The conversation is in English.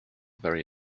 very